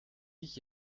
ich